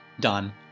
done